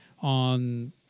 on